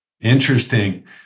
Interesting